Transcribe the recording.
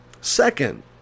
Second